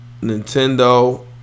Nintendo